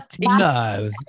No